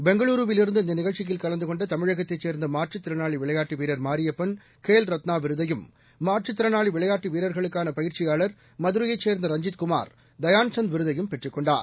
பெங்களூருவிலிருந்து இந்த நிகழ்ச்சியில் கலந்து கொண்ட தமிழகத்தைச் சேர்ந்த மாற்றுத் திறனாளி விளையாட்டு வீரர் மாரியப்பன் கேல் ரத்னா விருதையும் மாற்றுத் திறனாளி விளையாட்டு வீரர்களுக்காள பயிற்சியாளர் மதுரையைச் சேர்ந்த ரஞ்சித் குமார் தயான்சந்த் விருதையும் பெற்றுக் கொண்டனர்